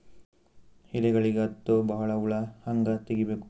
ಎಲೆಗಳಿಗೆ ಹತ್ತೋ ಬಹಳ ಹುಳ ಹಂಗ ತೆಗೀಬೆಕು?